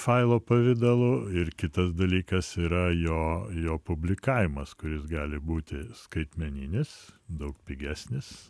failo pavidalu ir kitas dalykas yra jo jo publikavimas kuris gali būti skaitmeninis daug pigesnis